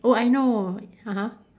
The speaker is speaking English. oh I know (uh huh)